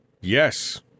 Yes